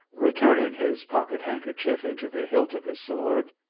returning his pocket-handkerchief into the hilt of his sword.